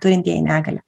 turintieji negalią